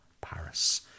Paris